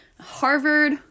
Harvard